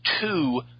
two